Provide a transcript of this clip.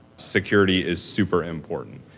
security is super important.